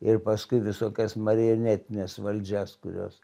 ir paskui visokias marionetines valdžias kurios